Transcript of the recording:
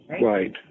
Right